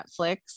Netflix